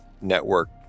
Network